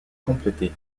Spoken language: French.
complété